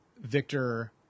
Victor